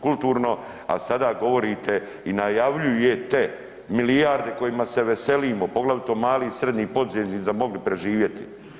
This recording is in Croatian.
Kulturno, a sada govorite i najavljujete milijarde kojima se veselimo, poglavito mali i srednji poduzetnici da bi mogli preživjeti.